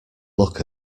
look